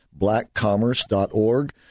blackcommerce.org